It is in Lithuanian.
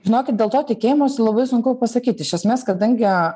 žinokit dėl to tikėjimosi labai sunku pasakyt iš esmės kadangi